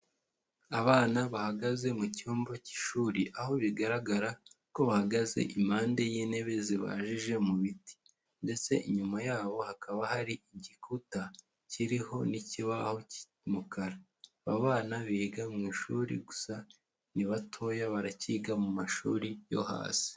Abana bahagaze mu cyumba cy'ishuri, aho bigaragara ko bahagaze impande y'intebe zibajije mu biti, ndetse inyuma yabo hakaba hari igikuta kiriho n'ikibaho cy'umukara. Abana biga mu ishuri, gusa ni batoya baracyiga mu mashuri yo hasi.